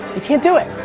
you can't do it.